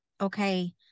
okay